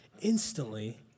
Instantly